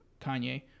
Kanye